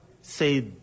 say